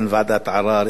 אין ועדה מחוזית,